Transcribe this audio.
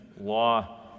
law